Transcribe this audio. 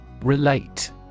Relate